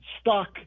stuck